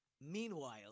Meanwhile